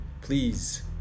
Please